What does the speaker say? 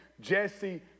Jesse